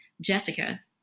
Jessica